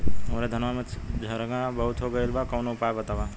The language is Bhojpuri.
हमरे धनवा में झंरगा बहुत हो गईलह कवनो उपाय बतावा?